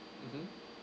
mm